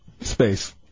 Space